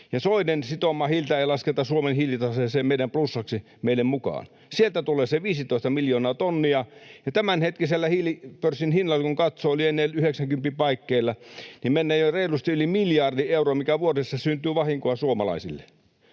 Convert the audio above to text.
soiden sitomaa hiiltä ei lasketa Suomen hiilitaseeseen plussaksi meille mukaan. Sieltä tulee se 15 miljoonaa tonnia. Ja tämänhetkisellä hiilipörssin hinnalla kun katsoo, lienee yhdeksänkympin paikkeilla, niin mennään jo reilusti yli miljardiin euroon, mikä vuodessa syntyy vahinkoa suomalaisille.